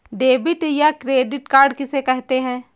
Debit या credit card किसे कहते हैं?